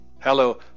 Hello